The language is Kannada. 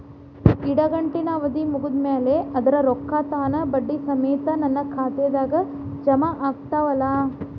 ಇಡಗಂಟಿನ್ ಅವಧಿ ಮುಗದ್ ಮ್ಯಾಲೆ ಅದರ ರೊಕ್ಕಾ ತಾನ ಬಡ್ಡಿ ಸಮೇತ ನನ್ನ ಖಾತೆದಾಗ್ ಜಮಾ ಆಗ್ತಾವ್ ಅಲಾ?